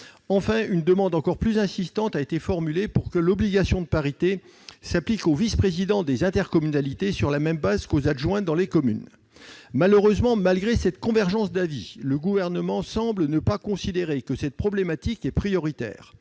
Enfin, une demande encore plus insistante a été formulée pour que l'obligation de parité s'applique aux vice-présidents des intercommunalités sur la même base qu'aux adjoints dans les communes. Malheureusement, malgré cette convergence d'avis, le Gouvernement semble ne pas considérer que cette problématique soit prioritaire.